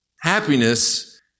happiness